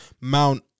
Mount